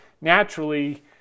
naturally